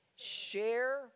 Share